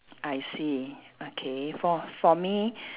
I see okay for for me